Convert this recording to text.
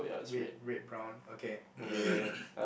red red brown okay